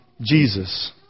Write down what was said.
Jesus